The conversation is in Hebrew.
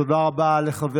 תודה רבה לחבר